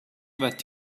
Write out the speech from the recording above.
that